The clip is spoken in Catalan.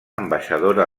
ambaixadora